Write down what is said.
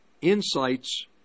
insights